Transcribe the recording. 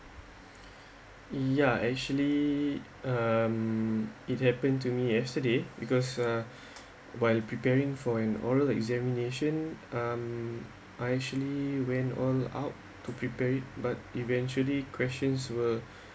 ya actually um it happened to me yesterday because uh while preparing for an oral examination um I actually went all out to prepare it but eventually questions were